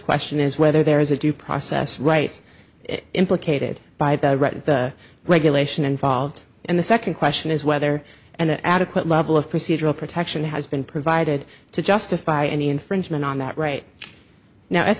question is whether there is a due process rights implicated by the regulation involved and the second question is whether an adequate level of procedural protection has been provided to justify any infringement on that right now